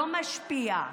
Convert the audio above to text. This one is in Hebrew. לא משפיע.